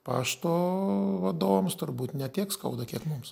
pašto vadovams turbūt ne tiek skauda kiek mums